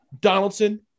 Donaldson